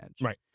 Right